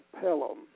Pelham